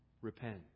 repent